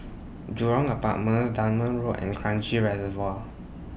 Jurong Apartments Dunman Road and Kranji Reservoir